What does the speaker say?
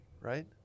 right